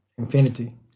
infinity